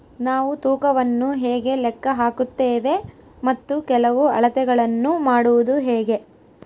ನಾವು ತೂಕವನ್ನು ಹೇಗೆ ಲೆಕ್ಕ ಹಾಕುತ್ತೇವೆ ಮತ್ತು ಕೆಲವು ಅಳತೆಗಳನ್ನು ಮಾಡುವುದು ಹೇಗೆ?